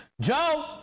Joe